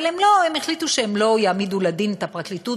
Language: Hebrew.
אבל הם החליטו שהם לא יעמידו לדין את הפרקליטות,